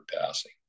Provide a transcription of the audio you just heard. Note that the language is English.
passing